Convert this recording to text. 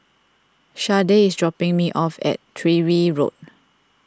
Sharday is dropping me off at Tyrwhitt Road